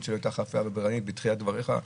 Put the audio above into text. שלא הייתה אכיפה בררנית בתחילת דבריך.